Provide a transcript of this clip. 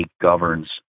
governs